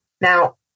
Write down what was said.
Now